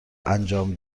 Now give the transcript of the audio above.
انجام